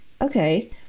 okay